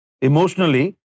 Emotionally